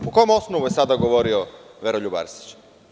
Po kom osnovu je sada govorio Veroljub Arsić?